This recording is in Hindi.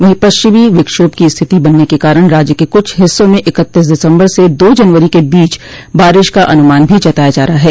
वहीं पश्चिमी विक्षोभ की स्थिति बनने के कारण राज्य के कुछ हिस्सों में इक्तीस दिसम्बर से दो जनवरी के बीच बारिश का अनुमान भी जताया जा रहा है